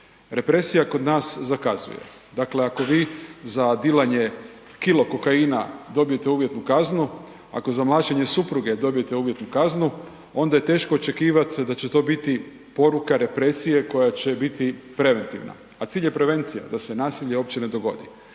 Represija kod nas zakazuje, dakle ako vi za dilanje kilo kokaina dobijete uvjetnu kaznu, ako za mlaćenje supruge dobijete uvjetnu kaznu, onda je teško očekivat da će to biti poruka represije koja će biti preventivna, a cilj je prevencija da se nasilje uopće ne dogodi.